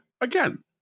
Again